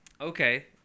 Okay